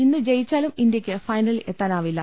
ഇന്ന് ജയിച്ചാലും ഇന്ത്യക്ക് ഫൈനലിൽ എത്താനാവില്ല